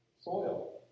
Soil